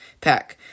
Pack